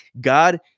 God